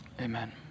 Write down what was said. Amen